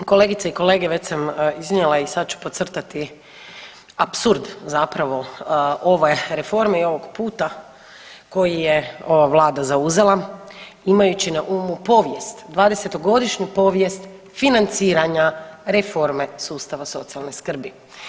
Kolegice i kolege, već sam iznijela i sad ću podcrtati apsurd zapravo ove reforme i ovog puta koji je ova vlada zauzela imajući na umu povijest, 20-godišnju povijest financiranja reforme sustava socijalne skrbi.